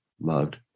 loved